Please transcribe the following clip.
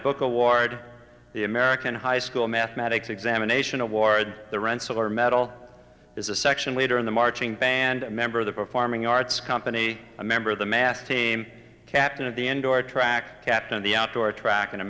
book award the american high school mathematics examination award the wrestler medal is a section leader in the marching band member of the performing arts company a member of the mask team captain of the indoor track captain of the outdoor track and